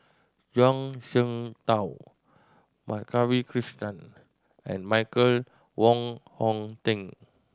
Zhuang Shengtao Madhavi Krishnan and Michael Wong Hong Teng